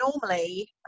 normally